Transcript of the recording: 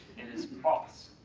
it is false,